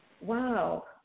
wow